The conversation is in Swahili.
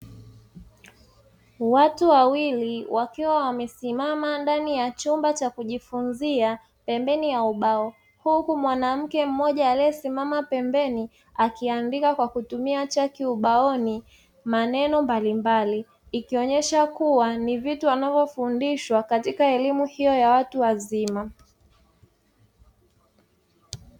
Watu wawili wakiwa wamesimama ndani ya chumba cha kujifunzia pembeni ya ubao huku mwanamke mmoja aliyesimama pembeni akiandika kwa kutumia chaki ubaoni maneno mbalimbali ikionyesha kuwa ni vitu anavyofundishwa katika elimu hiyo ya watu wazima.